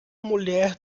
mulher